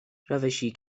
روشی